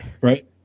right